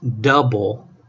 double